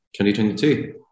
2022